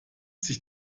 sich